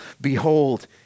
behold